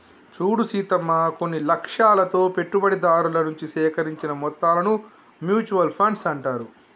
చూడు సీతమ్మ కొన్ని లక్ష్యాలతో పెట్టుబడిదారుల నుంచి సేకరించిన మొత్తాలను మ్యూచువల్ ఫండ్స్ అంటారు